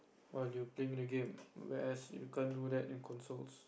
while you playing the games whereas you can't do that in consoles